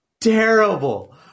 terrible